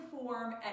form